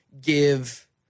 give